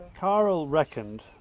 karel reckoned,